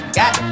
got